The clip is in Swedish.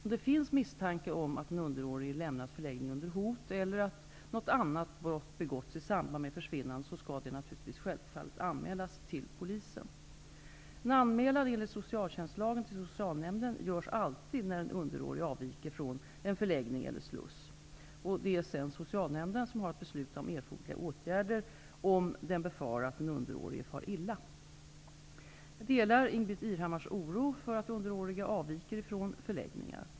Om det finns misstanke om att den underårige lämnat förläggningen under hot eller att något annat brott begåtts i samband med försvinnandet, skall detta självfallet anmälas till polisen. En anmälan enligt socialtjänstlagen till socialnämnden görs alltid när en underårig avviker från en förläggning eller sluss. Det är sedan socialnämnden som har att besluta om erforderliga åtgärder om den befarar att den underårige far illa. Jag delar Ingbritt Irhammars oro för att underåriga avviker från förläggningar.